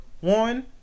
one